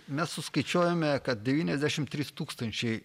mes suskaičiuojame kad devyniasdešimt trys tūkstančiai